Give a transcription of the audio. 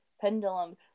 pendulum